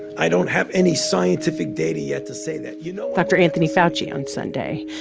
i don't have any scientific data yet to say that. you know. dr. anthony fauci on sunday.